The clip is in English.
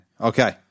Okay